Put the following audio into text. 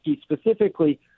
specifically